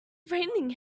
raining